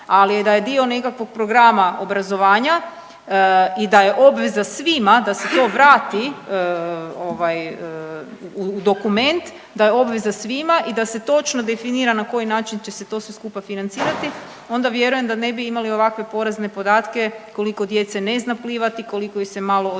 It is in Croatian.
Ali da je dio nekakvog programa obrazovanja i da je obveza svima da se to vrati ovaj u dokument, da je obveza svima i da se točno definira na koji način će se sve to skupa financirati onda vjerujem da ne bi imali ovakve porazne podatke koliko djece ne zna plivati, koliko ih se malo odaziva